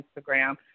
Instagram